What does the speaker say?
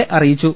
A അറിയിച്ചു